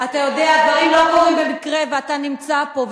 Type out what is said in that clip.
אתה יודע, דברים לא קורים במקרה, ואתה נמצא פה.